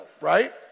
right